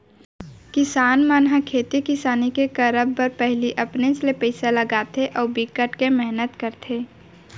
किसान मन ह खेती किसानी के करब बर पहिली अपनेच ले पइसा लगाथे अउ बिकट के मेहनत करथे